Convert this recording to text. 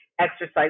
exercise